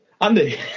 Andy